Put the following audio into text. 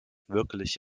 wirklich